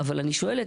אבל אני שואלת,